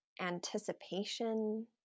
anticipation